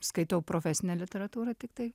skaitau profesinę literatūrą tiktai